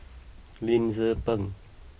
Lim Tze Peng